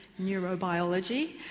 neurobiology